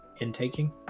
intaking